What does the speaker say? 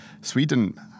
Sweden